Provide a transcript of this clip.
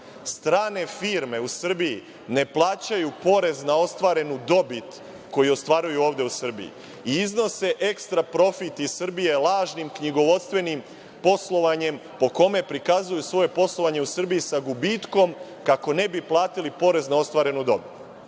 strane firme u Srbiji ne plaćaju porez na ostvarenu dobit koju ostvaruju ovde u Srbiji i iznose ekstra profit iz Srbije lažnim knjigovodstvenim poslovanjem, po kome prikazuju svoje poslovanje u Srbiji sa gubitkom kako ne bi platili porez na ostvarenu dobit.